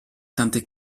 tante